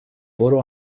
برو